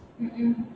mm mm